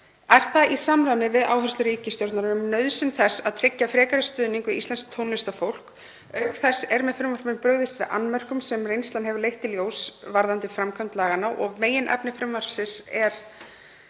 Er það í samræmi við áherslur ríkisstjórnarinnar um nauðsyn þess að tryggja frekari stuðning við íslenskt tónlistarfólk. Auk þess er með frumvarpinu brugðist við annmörkum sem reynslan hefur leitt í ljós varðandi framkvæmd laganna og meginefni frumvarpsins er